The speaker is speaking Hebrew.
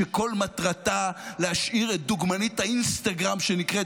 שכל מטרתה להשאיר את דוגמנית האינסטגרם שנקראת